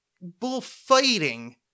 bullfighting